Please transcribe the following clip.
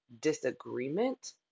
disagreement